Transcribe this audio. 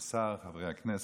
השר, חברי הכנסת,